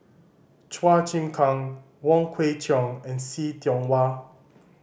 Chua Chim Kang Wong Kwei Cheong and See Tiong Wah